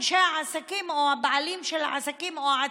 אנשי העסקים או הבעלים של העסקים או העצמאים,